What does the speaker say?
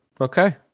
Okay